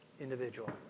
individual